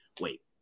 wait